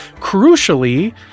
Crucially